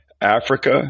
africa